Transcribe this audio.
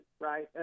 right